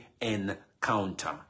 encounter